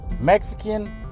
Mexican